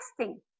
testing